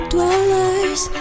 Dwellers